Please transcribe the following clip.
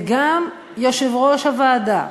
וגם יושב-ראש הוועדה,